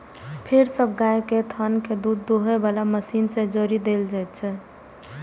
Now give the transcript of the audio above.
फेर सब गाय केर थन कें दूध दुहै बला मशीन सं जोड़ि देल जाइ छै